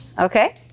Okay